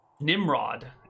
Nimrod